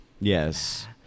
Yes